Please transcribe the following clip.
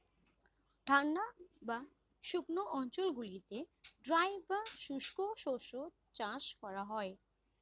ঠান্ডা বা শুকনো অঞ্চলগুলিতে ড্রাই বা শুষ্ক শস্য চাষ করা হয়